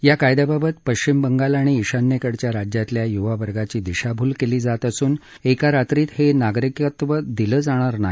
या कायद्याबाबत पश्चिम बंगाल आणि ईशान्येकडच्या राज्यातल्या युवावर्गाची दिशाभूल केली जात असून एका रात्रीत हे नागरिकत्व दिलं जाणार नाही